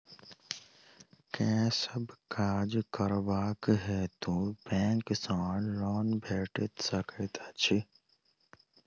केँ सब काज करबाक हेतु बैंक सँ लोन भेटि सकैत अछि?